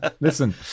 Listen